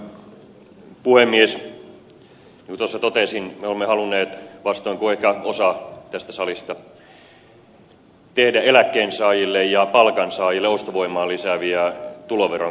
niin kuin tuossa totesin me olemme halunneet vastoin kuin ehkä osa tästä salista tehdä eläkkeensaajille ja palkansaajille ostovoimaa lisääviä tuloveron kevennyksiä